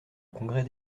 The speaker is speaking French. congrès